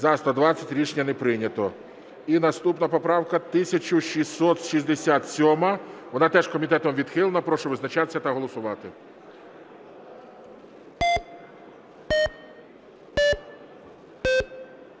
За-120 Рішення не прийнято. І наступна поправка 1667. Вона теж комітетом відхилена. Прошу визначатись та голосувати.